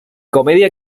comedia